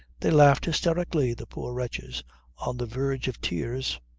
they laughed hysterically the poor wretches on the verge of tears.